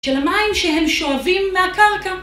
של המים שהם שואבים מהקרקע